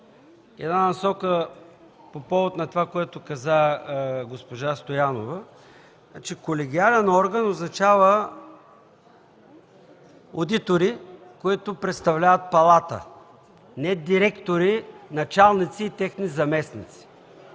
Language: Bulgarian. дам насока по повод на това, което каза госпожа Стоянова – че колегиален орган означава одитори, които представляват Палата. Не директори, началници и техни заместници.